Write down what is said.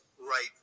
right